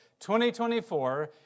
2024